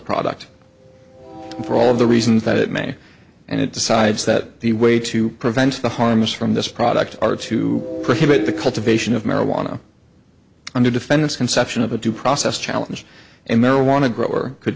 product for all of the reasons that it may and it decides that the way to prevent the harms from this product are to prohibit the cultivation of marijuana under defendant's conception of a due process challenge and marijuana grower could